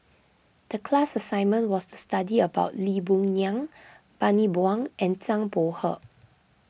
the class assignment was to study about Lee Boon Ngan Bani Buang and Zhang Bohe